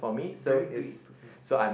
very big improvement